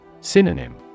Synonym